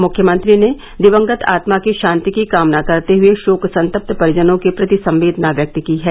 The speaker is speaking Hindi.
मुख्यमंत्री ने दिवंगत आत्मा की शांति की कामना करते हुए शोक संतप्त परिजनों के प्रति संवेदना व्यक्त की है